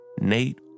Nate